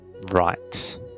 Right